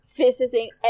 visiting